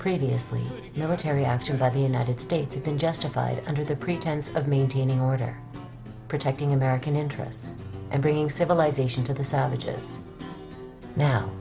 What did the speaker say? united states have been justified under the pretense of maintaining order protecting american interests and bringing civilization to the savages now